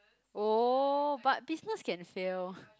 oh but business can fail